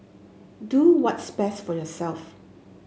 do what's best for yourself